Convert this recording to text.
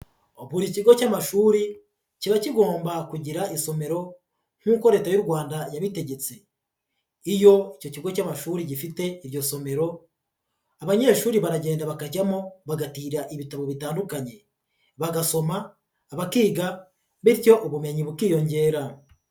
Buri kigo cy'amashuri kiba kigomba kugira isomero nk'uko Leta y'u Rwanda yabitegetse, iyo icyo kigo cy'amashuri gifite iryo somero abanyeshuri baragenda bakajyamo bagatira ibitabo bitandukanye, bagasoma, bakiga bityo ubumenyi bukiyongera.